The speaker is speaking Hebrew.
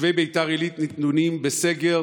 תושבי ביתר עילית נתונים בסגר,